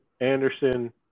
Anderson